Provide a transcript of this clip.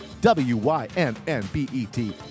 W-Y-N-N-B-E-T